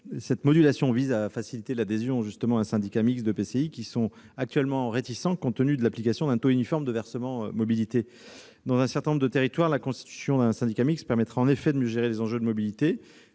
Cette modulation vise à faciliter l'adhésion à un syndicat mixte des EPCI qui y sont actuellement réticents compte tenu de l'application d'un taux uniforme de versement mobilité. Dans un certain nombre de territoires, la constitution d'un syndicat mixte permettra en effet de mieux gérer les enjeux de mobilité,